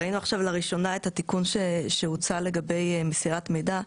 ראינו לראשונה את התיקון שהוצע לגבי מסירת מידע.